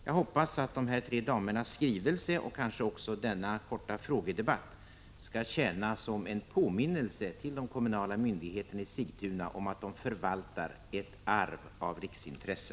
Jag hoppas att de här tre damernas skrivelse och kanske också denna korta frågedebatt skall tjäna som en påminnelse till de kommunala myndigheterna i Sigtuna om att de förvaltar ett arv av riksintresse.